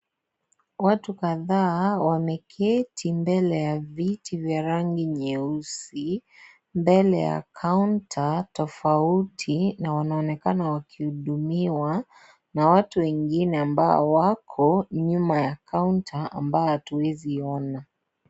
Watu kadhaa wameketi mbele ya viti ya rangi nyeusi mbele ya counter tofauti na wanaonekana wakihudumiwa na watu wengine ambao wako nyuma ya counter ambayo hatuwezi ona.